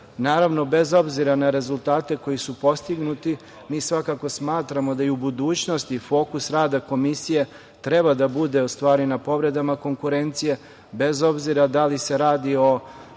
periodu. Naravno, bez obzira na rezultate koji su postignuti, mi svakako smatramo da i u budućnosti fokus rada Komisije treba da bude u stvari na povredama konkurencije, bez obzira da li se radi o